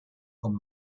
con